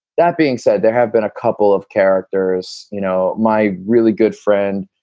that being said, there have been a couple of characters. you know my really good friend,